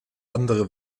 andere